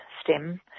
STEM